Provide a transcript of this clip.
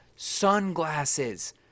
sunglasses